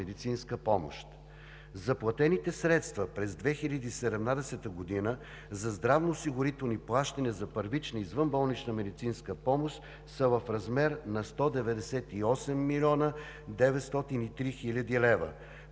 медицинска помощ. Заплатените средства през 2017 г. за здравноосигурителни плащания за първична извънболнична медицинска помощ са в размер на 198 млн. 903 хил. лв.